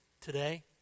today